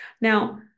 Now